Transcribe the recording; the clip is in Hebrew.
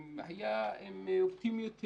היה עם אופטימיות גדולה,